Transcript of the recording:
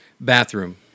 bathroom